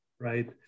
right